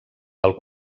del